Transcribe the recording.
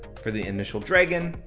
for the initial dragon,